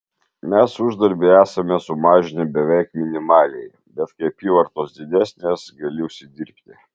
mes uždarbį esame sumažinę beveik minimaliai bet kai apyvartos didesnės gali užsidirbti